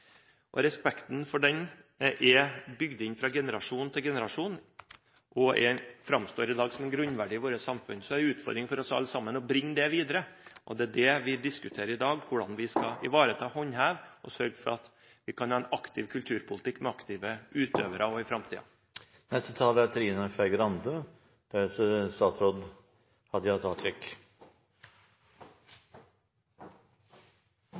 stjele.» Respekten for dette er bygd inn fra generasjon til generasjon og framstår i dag som en grunnverdi i vårt samfunn. Det er en utfordring for oss alle å bringe dette videre. Det vi diskuterer i dag, er hvordan vi skal ivareta og håndheve – og sørge for at vi har – en aktiv kulturpolitikk, med aktive utøvere også i framtiden. Venstre er